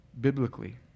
biblically